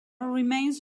remains